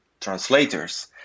translators